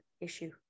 issue